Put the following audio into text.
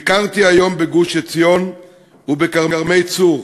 ביקרתי היום בגוש-עציון ובכרמי-צור